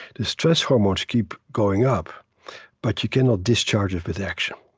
the stress hormones keep going up but you cannot discharge it with action.